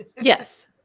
yes